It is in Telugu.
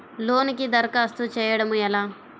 లోనుకి దరఖాస్తు చేయడము ఎలా?